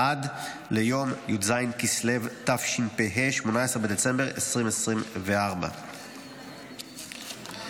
עד ליום י"ז כסלו התשפ"ה, 18 בדצמבר 2024. תודה.